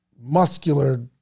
muscular